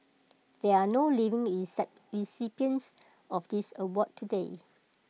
there are no living recipients of this award today